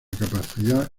capacidad